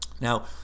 Now